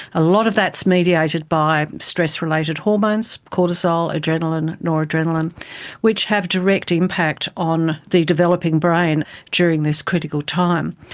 a lot of that is mediated by stress-related hormones, cortisol, adrenaline, noradrenaline, which have direct impact on the developing brain during this critical time.